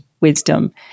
wisdom